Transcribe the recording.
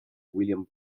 william